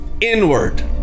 inward